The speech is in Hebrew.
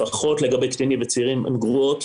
לפחות לגבי קטינים וצעירים הן גרועות,